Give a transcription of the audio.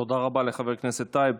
תודה רבה לחבר הכנסת טייב.